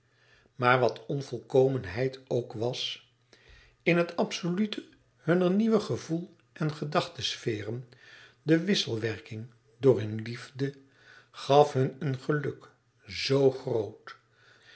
maar wat onvolkomenheid ook was in het absolute hunner nieuwe gevoel en gedachtesferen de wisselwerking door hun liefde gaf hun een geluk zoo groot